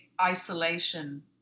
isolation